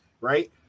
right